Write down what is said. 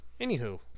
anywho